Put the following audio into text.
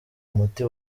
umuti